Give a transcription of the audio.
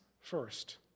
first